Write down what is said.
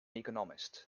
economist